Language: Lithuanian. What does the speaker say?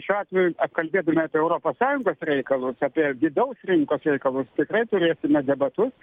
šiuo atveju apkalbėdami europos sąjungos reikalus apie vidaus rinkos reikalus tikrai turėsime debatus